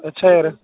ਅੱਛਾ ਯਾਰ